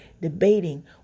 debating